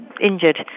injured